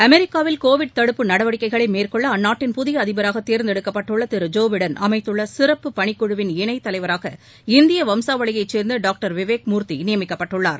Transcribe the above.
அமெரிக்காவில் கோவிட் தடுப்பு நடவடிக்கைகளை மேற்கொள்ள அந்நாட்டின் புதிய அதிபராக தேர்ந்தெடுக்கப்பட்டுள்ள திரு ஜோ எபடன் அமைத்துள்ள சிறப்புப் பணிக்குழுவிள் இணைத் தலைவராக இந்திய வம்சாவளியைச் சேர்ந்த டாக்டர் விவேக் மூர்த்தி நியமிக்கப்பட்டுள்ளார்